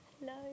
Hello